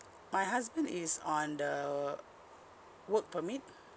my husband is on the work permit